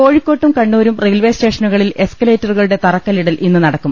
കോഴിക്കോട്ടും കണ്ണൂരും റെയിൽവെ സ്റ്റേഷനുകളിൽ എസ്ക ലേറ്ററുകളുടെ തറക്കല്ലിടൽ ഇന്ന് നടക്കും